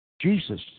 Jesus